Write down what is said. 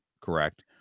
correct